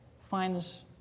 finds